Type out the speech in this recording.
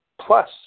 Plus